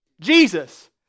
Jesus